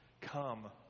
Come